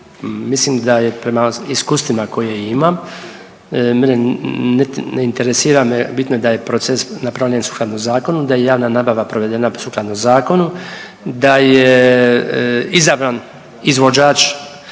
mislim da je prema iskustvima koje imam, mene ne, ne interesira me, bitno je da je proces napravljen sukladno zakonu, da je javna nabava provedena sukladno zakonu, da je izabran izvođač